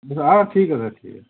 ହଁ ଠିକ୍ ଅଛି ଠିକ୍